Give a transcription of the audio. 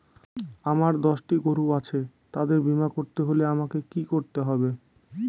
আমার দশটি গরু আছে তাদের বীমা করতে হলে আমাকে কি করতে হবে?